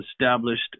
established